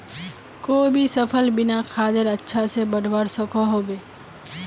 कोई भी सफल बिना खादेर अच्छा से बढ़वार सकोहो होबे?